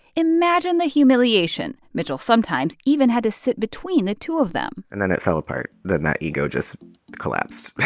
imagine the humiliation. mitchell sometimes even had to sit between the two of them and then it fell apart. then that ego just collapsed